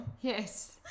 Yes